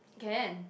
can